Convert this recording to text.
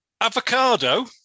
Avocado